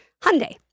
Hyundai